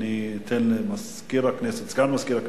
אני אתן לסגן מזכיר הכנסת